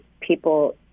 people